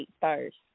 first